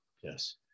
Yes